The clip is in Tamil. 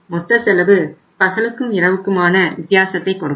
மொத்த செலவு பகலுக்கும் இரவுக்குமான வித்தியாசத்தை கொடுக்கும்